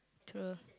tour